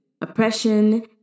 oppression